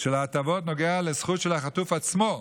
של ההטבות נוגע לזכות של החטוף עצמו,